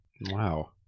Wow